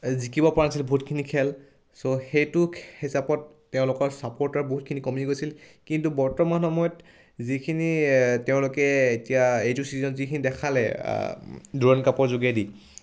জিকিব পৰা নাছিল বহুতখিনি খেল চ' সেইটো হিচাপত তেওঁলোকৰ ছাপৰ্টাৰ বহুতখিনি কমি গৈছিল কিন্তু বৰ্তমান সময়ত যিখিনি তেওঁলোকে এতিয়া এইটো ছিজনত যিখিনি দেখালে দোৰণ কাপৰ যোগেদি